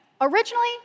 Originally